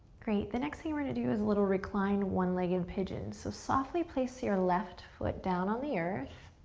great, the next thing we're gonna do is a little reclined one-legged and pigeon. so softly place your left foot down on the earth,